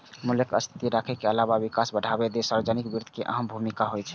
मूल्य कें स्थिर राखै के अलावा विकास कें बढ़ावा दै मे सार्वजनिक वित्त के अहम भूमिका होइ छै